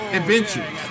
Adventures